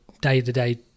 day-to-day